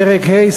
פרק ה',